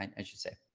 and and should say.